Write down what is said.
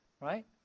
right